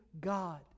God